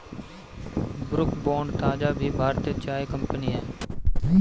Brooke Bond ताज़ा भी भारतीय चाय कंपनी हअ